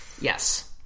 Yes